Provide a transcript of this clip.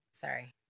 Sorry